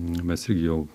mes irgi jau